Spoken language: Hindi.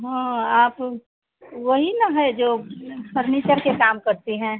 हाँ आप वही ना है जो फ़र्नीचर के काम करती हैं